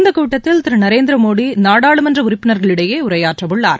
இந்தக் கூட்டத்தில் திரு நரேந்திர மோடி நாடாளுமன்ற உறுப்பினர்களிடையே உரையாற்றவுள்ளார்